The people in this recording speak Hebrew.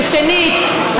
ושנית,